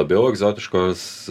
labiau egzotiškos